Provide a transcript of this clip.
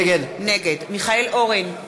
נגד מיכאל אורן,